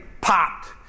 popped